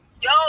Yo